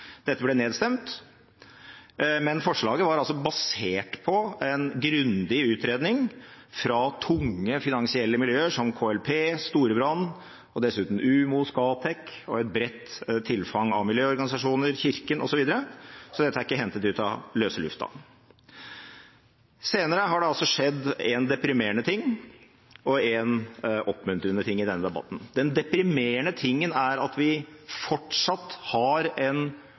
Dette ble nedstemt, men forslaget var basert på en grundig utredning fra tunge, finansielle miljøer som KLP, Storebrand og dessuten Umoe, Scatec og et bredt tilfang av miljøorganisasjoner, Kirken osv., så dette er ikke hentet ut av løse lufta. Senere har det skjedd én deprimerende ting og én oppmuntrende ting i denne debatten. Den deprimerende tingen er at vi fortsatt har en